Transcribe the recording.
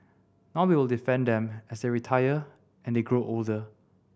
now we will defend them as they retire and they grow older